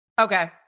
Okay